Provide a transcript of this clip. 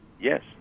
Yes